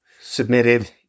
submitted